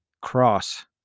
Cross